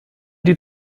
die